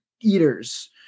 eaters